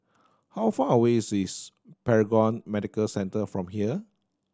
how far away is is Paragon Medical Centre from here